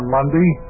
Monday